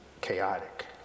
chaotic